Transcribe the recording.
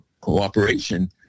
cooperation